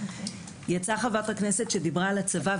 יצאה חברת הכנסת שדיברה על הצבא,